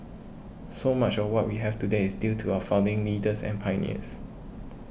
so much of what we have today is due to our founding leaders and pioneers